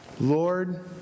Lord